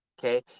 Okay